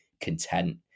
content